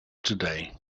today